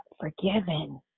forgiven